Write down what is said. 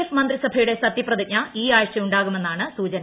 F മന്ത്രിസഭയുടെ സ്ത്യപ്രതിജ്ഞ ഈ ആഴ്ച ഉണ്ടാകുമെന്നാണ് സൂചന